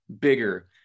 bigger